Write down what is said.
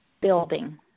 Building